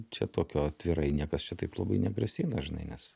čia tokio atvirai niekas čia taip labai negrasina žinai nes